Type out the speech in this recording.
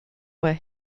where